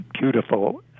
beautiful